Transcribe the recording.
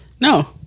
No